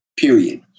period